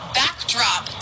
backdrop